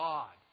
God